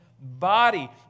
body